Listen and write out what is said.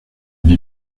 vie